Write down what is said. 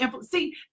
See